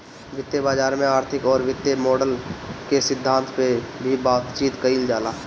वित्तीय बाजार में आर्थिक अउरी वित्तीय मॉडल के सिद्धांत पअ भी बातचीत कईल जाला